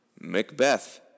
Macbeth